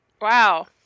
Wow